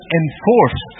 enforce